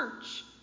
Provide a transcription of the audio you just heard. church